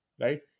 right